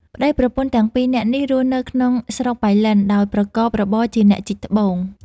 ប្ដីប្រពន្ធទាំងពីរនាក់នេះ រស់នៅស្រុកប៉ៃលិនដោយប្រកបរបរជាអ្នកជីកត្បូង។